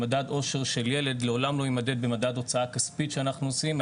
שמדד אושר של ילד לעולם לא יימדד במדד הוצאה כספית שאנחנו עושים,